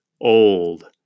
old